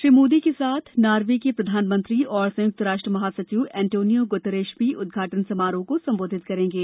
श्री मोदी के साथ नारवे के प्रधानमंत्री और संयुक्त राष्ट्र महासचिव एंतोनिया गुतरश भी उद्घाटन समारोह को संबोधित करेंगे